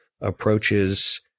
approaches